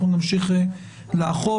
אנחנו נמשיך לאכוף,